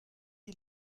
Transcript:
die